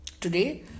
today